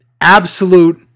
absolute